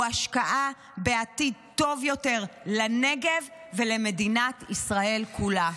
הוא השקעה בעתיד טוב יותר לנגב ולמדינת ישראל כולה.